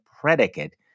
predicate